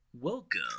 Welcome